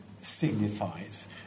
signifies